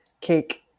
Cake